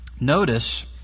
notice